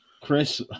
Chris